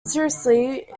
seriously